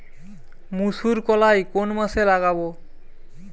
মুসুরকলাই কোন মাসে লাগাব?